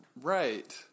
Right